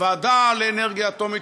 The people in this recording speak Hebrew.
הוועדה לאנרגיה אטומית,